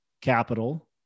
capital